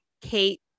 Kate